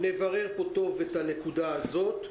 תכף נברר פה את הנקודה הזאת.